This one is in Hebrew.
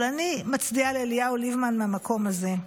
אבל אני מצדיעה לאליהו ליבמן מהמקום הזה.